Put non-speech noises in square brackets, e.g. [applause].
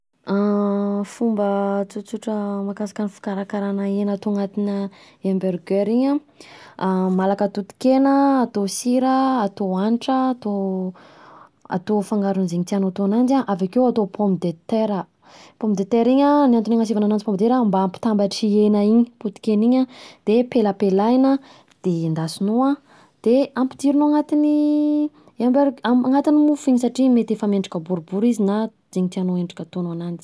[hesitation] Fomba tsotsotra mahakasika fikarakarana hena ato anatina hamburger iny an malaka totokena atao sira, atao hanitra, atao, atao fangarony zegny tianao atao ananjy an avekeo atao pomme de terra, pomme de terre iny an ny antony agnasiavanao ananjy pomme de terra mba hampitambata i hena iny, potokena iny an, de pelapelahina de endasinao de ampidiranao anatin'ny humber- anatin'ny mofo iny satria mety efa mendrika boribory na zegny tianao endrika ataonao ananjy.